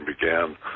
began